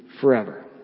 forever